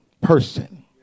person